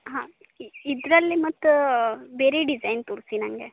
ಹಾಂ ಇದರಲ್ಲಿ ಮತ್ತೆ ಬೇರೆ ಡಿಸೈನ್ ತೋರಿಸಿ ನನಗೆ